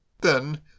Then